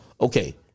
okay